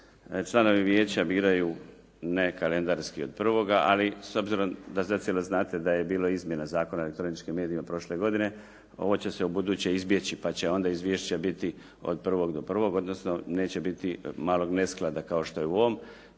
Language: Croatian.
članovi Vijeća biraju ne kalendarski od prvoga, ali s obzirom da zacijelo znate da je bilo izmjena Zakona o elektroničkim medijima prošle godine, ovo će se ubuduće izbjeći, pa će onda izvješća biti od prvog do prvog, odnosno neće biti malog nesklada kao što je u ovom.